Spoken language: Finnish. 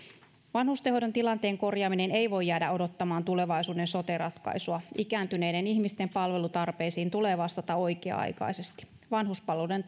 vanhustenhoidon tilanteen korjaaminen ei voi jäädä odottamaan tulevaisuuden sote ratkaisua ikääntyneiden ihmisten palvelutarpeisiin tulee vastata oikea aikaisesti vanhuspalveluiden